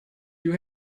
you